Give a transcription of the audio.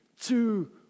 two